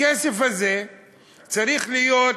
הכסף הזה צריך להיות,